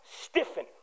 stiffen